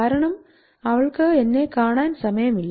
കാരണം അവൾക്ക് എന്നെ കാണാൻ എനിക്ക് സമയമില്ല